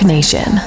Nation